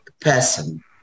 person